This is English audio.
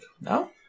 No